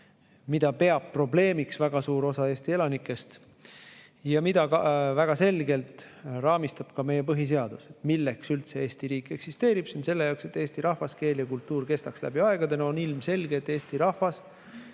mida peab probleemiks väga suur osa Eesti elanikest ja mida väga selgelt raamistab ka meie põhiseadus. Milleks üldse Eesti riik eksisteerib? Selle jaoks, et eesti rahvas, keel ja kultuur kestaks läbi aegade. On ilmselge, et eesti rahvas